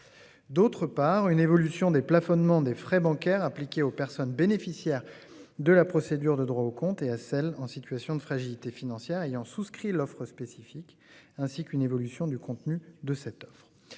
D'autre part une évolution des plafonnement des frais bancaires appliqués aux personnes bénéficiaires de la procédure de droit au compte et à celles en situation de fragilité financière ayant souscrit l'offre spécifique ainsi qu'une évolution du contenu de cette oeuvre.